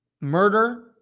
murder